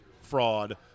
fraud